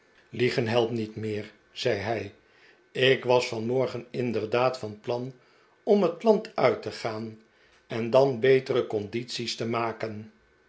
liegen helpt niet meer zei hij ik was vanrnorgen inderdaad van plan om het land uit te gaan eh dan betere condities te maken